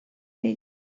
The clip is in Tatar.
иде